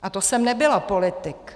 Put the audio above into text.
A to jsem nebyla politik!